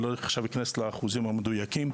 לא רוצה להתייחס עכשיו לאחוזים המדויקים,